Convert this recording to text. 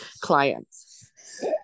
clients